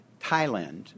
Thailand